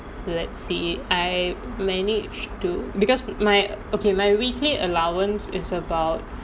let's see I managed to because my okay my weekly allowance is about